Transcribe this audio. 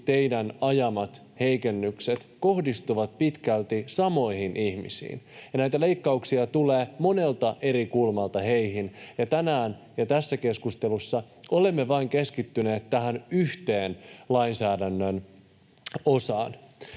teidän ajamanne heikennykset kohdistuvat pitkälti samoihin ihmisiin ja näitä leikkauksia tulee monelta eri kulmalta heihin, ja tänään ja tässä keskustelussa olemme keskittyneet vain tähän yhteen lainsäädännön osaan.